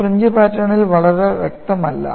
ഈ ഫ്രിഞ്ച് പാറ്റേണിൽ വളരെ വ്യക്തമല്ല